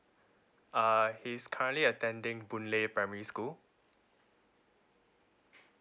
uh he's currently attending boon lay primary school